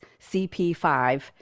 CP5